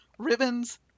Ribbons